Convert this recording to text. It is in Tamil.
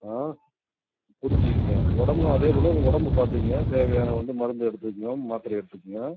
ஆ புரிஞ்சிக்கிங்க உடம்பும் அதே போல உங்கள் உடம்ப பார்த்துங்க தேவையான வந்து மருந்து எடுத்துக்குங்க மாத்திரைய எடுத்துக்குங்க